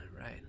Right